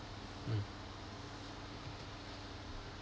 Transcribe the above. mm